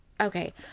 Okay